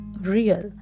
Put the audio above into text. real